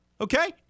Okay